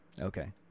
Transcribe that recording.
Okay